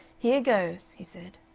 here goes, he said.